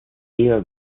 ehe